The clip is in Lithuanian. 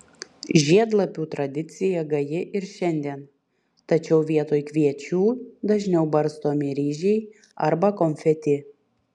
žiedlapių tradicija gaji ir šiandien tačiau vietoj kviečių dažniau barstomi ryžiai arba konfeti